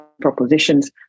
propositions